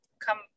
come